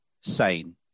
sane